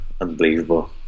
Unbelievable